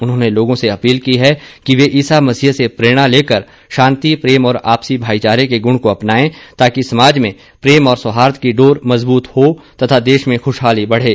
उन्होंने लोगों से अपील की है कि वे ईसा मसीह से प्रेरणा लेकर शांति प्रेम और आपसी भाई चारे के गुण को अपनाएं ताकि समाज में प्रेम और सौहार्द की डोर मजबूत हो तथा देश में ख्रशहाली बढे